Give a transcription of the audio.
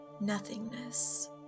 nothingness